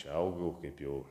čia augau kaip jau